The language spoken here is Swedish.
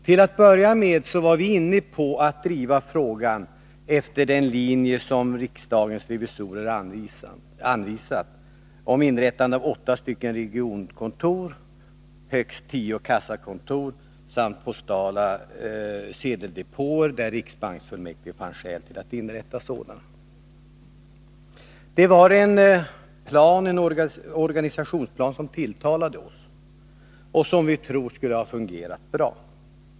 Till att börja med var vi inne på att driva frågan efter den linje som riksdagens revisorer anvisat om inrättande av åtta regionkontor, högst tio kassakontor samt postala sedeldepåer där riksbanksfullmäktige fann skäl att inrätta sådana. Det var en organisationsplan som tilltalade oss och som vi tror skulle ha fungerat bra.